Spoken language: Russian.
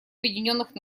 объединенных